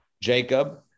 jacob